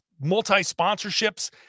multi-sponsorships